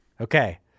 Okay